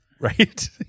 right